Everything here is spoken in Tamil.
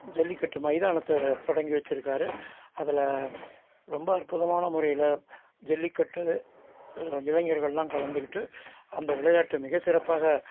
ஜல்லிக்கட்டு மைதானத்தை தொடங்கி வச்சுருக்காரு அதில் ரொம்ப அற்புதமான முறையில் ஜல்லிக்கட்டு இளைஞர்கள்லாம் கலந்துக்கிட்டு அந்த விளையாட்டு மிகச்சிறப்பாக